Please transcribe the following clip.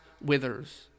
withers